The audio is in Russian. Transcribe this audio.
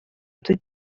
эту